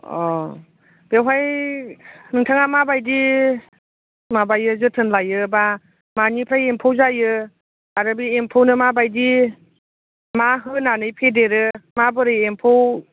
अ बेवहाय नोंथाङा माबायदि माबायो जोथोन लायो बा मानिफ्राय एम्फौ जायो आरो बे एम्फौनो माबायदि मा होनानै फेदेरो माबोरै एम्फौ